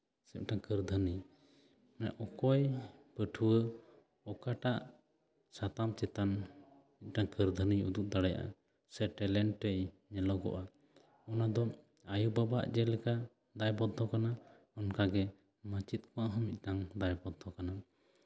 ᱥᱮ ᱢᱤᱫᱴᱟᱱ ᱠᱟᱹᱨᱫᱷᱟᱱᱤ ᱢᱟᱱᱮ ᱚᱠᱚᱭ ᱯᱟᱹᱴᱷᱩᱣᱟᱹ ᱚᱠᱟᱴᱟᱜ ᱢᱤᱫᱴᱟᱱ ᱥᱟᱛᱟᱢ ᱪᱮᱛᱟᱱ ᱢᱤᱫᱴᱮᱱ ᱠᱟᱹᱨᱫᱷᱟᱹᱱᱤ ᱩᱫᱩᱜ ᱫᱟᱲᱮᱭᱟᱜ ᱟᱭ ᱥᱮ ᱴᱮᱞᱮᱱᱴ ᱮ ᱧᱮᱞᱚᱜᱚᱜᱼᱟ ᱚᱱᱟᱫᱚ ᱟᱭᱳ ᱵᱟᱵᱟᱣᱟᱜ ᱪᱮᱫ ᱞᱮᱠᱟ ᱫᱟᱭ ᱵᱚᱫᱽᱫᱷᱚ ᱠᱟᱱᱟ ᱚᱱᱠᱟᱜᱮ ᱢᱟᱪᱮᱛ ᱠᱚᱣᱟᱜ ᱦᱚᱸ ᱢᱤᱫᱴᱟᱱ ᱫᱟᱭ ᱵᱚᱫᱽᱫᱷᱚ ᱠᱟᱱᱟ